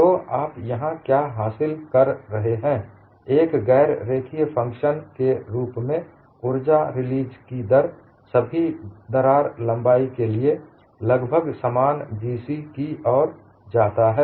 तो आप यहाँ क्या हासिल कर रहे हैं एक गैर रेखीय फ़ंक्शन के रूप में ऊर्जा रिलीज की दर सभी दरार लंबाई के लिए लगभग समान G c की ओर जाता है